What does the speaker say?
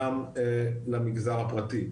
גם למגזר הפרטי.